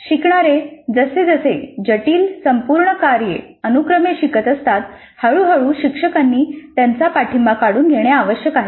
शिकणारे जसजसे जटिल संपूर्ण कार्ये अनुक्रमे शिकत असतात हळूहळू शिक्षकांनी त्यांचा पाठिंबा काढून घेणे आवश्यक आहे